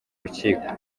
rukiko